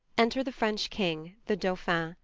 enter the french king, the dolphin,